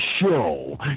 show